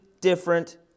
different